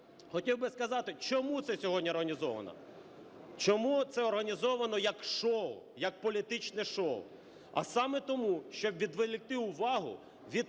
хотів би сказати, чому це все сьогодні організовано, чому це організовано як шоу, як політичне шоу. А саме тому, щоб відволікти увагу від